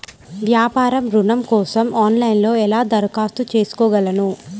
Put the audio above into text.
వ్యాపార ఋణం కోసం ఆన్లైన్లో ఎలా దరఖాస్తు చేసుకోగలను?